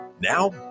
Now